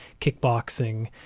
kickboxing